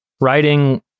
writing